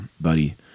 buddy